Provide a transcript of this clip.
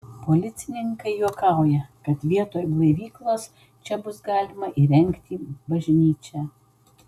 policininkai juokauja kad vietoj blaivyklos čia bus galima įrengti bažnyčią